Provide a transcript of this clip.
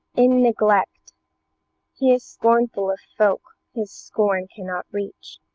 in neglect he is scornful of folk his scorn cannot reach.